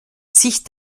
sich